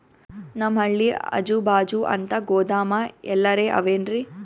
ನಮ್ ಹಳ್ಳಿ ಅಜುಬಾಜು ಅಂತ ಗೋದಾಮ ಎಲ್ಲರೆ ಅವೇನ್ರಿ?